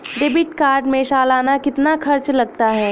Debit card में सालाना कितना खर्च लगता है?